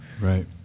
right